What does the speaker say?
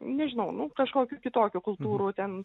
nežinau nu kažkokių kitokių kultūrų ten